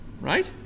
Right